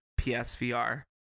PSVR